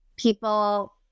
people